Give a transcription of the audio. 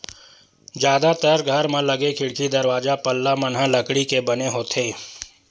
जादातर घर म लगे खिड़की, दरवाजा, पल्ला मन ह लकड़ी के बने होथे